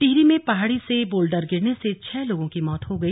टिहरी में पहाड़ी से बोल्डर गिरने से छह लोगों की मौत हो गई